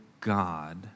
God